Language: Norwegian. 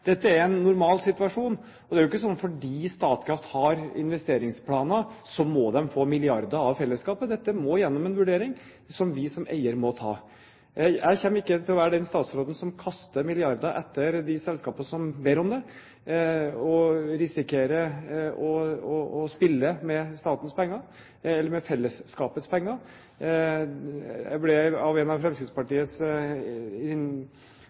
Dette er en normal situasjon. Det er ikke slik at fordi Statkraft har investeringsplaner, så må de få milliarder av fellesskapet. Dette må gjennom en vurdering som vi som eier må ta. Jeg kommer ikke til å være den statsråden som kaster milliarder etter de selskapene som ber om det, og risikerer å spille med statens penger, eller med fellesskapets penger. Jeg ble av en av